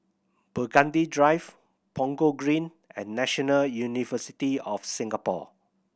Burgundy Drive Punggol Green and National University of Singapore